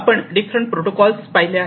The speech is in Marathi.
आपण डिफरंट प्रोटोकॉल पाहिले आहेत